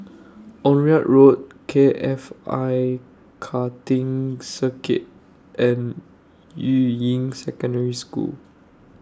Onraet Road K F I Karting Circuit and Yuying Secondary School